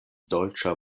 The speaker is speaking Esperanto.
dolĉa